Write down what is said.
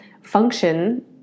function